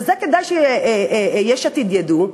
ואת זה כדאי שיש עתיד ידעו,